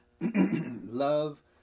love